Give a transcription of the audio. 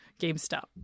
GameStop